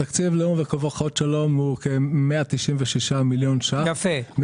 התקציב הוא כ-196 מיליון ₪.